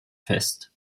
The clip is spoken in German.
fest